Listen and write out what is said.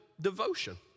devotion